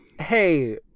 hey